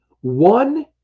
one